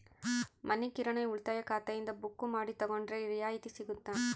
ಮನಿ ಕಿರಾಣಿ ಉಳಿತಾಯ ಖಾತೆಯಿಂದ ಬುಕ್ಕು ಮಾಡಿ ತಗೊಂಡರೆ ರಿಯಾಯಿತಿ ಸಿಗುತ್ತಾ?